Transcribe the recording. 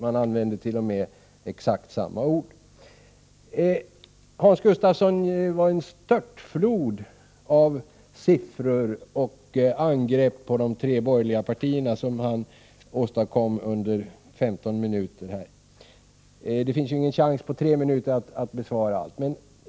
Man använder t.o.m. exakt samma ord. Det var en störtflod av siffror och angrepp på de tre borgerliga partierna som Hans Gustafsson åstadkom Ökder 15 minuter. Det finns ju ingen chans att besvara allt på tre minuter.